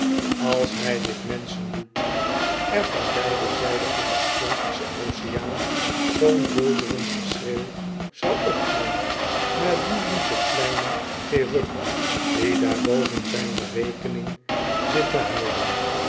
als hij dit menschen doet er van beide zijden van den atlantischen oceaan zoo'n bulderend geschreeuw zou opgaan naar dien lieven kleinen cherub die daar boven zijn berekening zit te houden